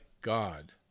God